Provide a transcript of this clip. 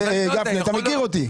גפני, אתה מכיר אותי.